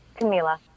Camila